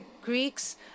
Greeks